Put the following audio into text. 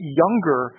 younger